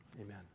Amen